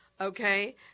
okay